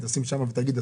תשים שם ותגיד,